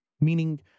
Meaning